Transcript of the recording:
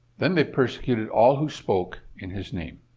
then they persecuted all who spoke in his name.